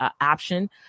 option